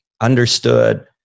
understood